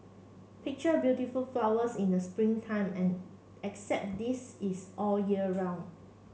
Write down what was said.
picture beautiful flowers in the spring time and except this is all year round